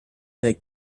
that